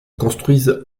construisent